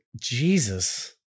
Jesus